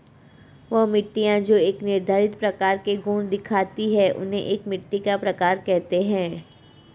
वह मिट्टियाँ जो एक निर्धारित प्रकार के गुण दिखाती है उन्हें एक मिट्टी का प्रकार कहते हैं